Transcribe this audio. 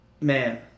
man